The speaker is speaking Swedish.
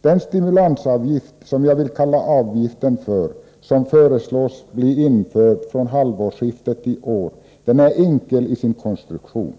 Den stimulansavgift, som jag vill kalla avgiften för, som föreslås bli införd från halvårsskiftet i år är enkel i sin konstruktion.